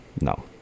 No